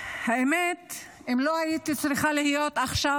האמת היא שאם לא הייתי צריכה להיות פה עכשיו,